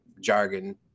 jargon